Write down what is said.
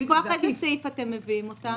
מכוח איזה סעיף אתם מביאים אותם?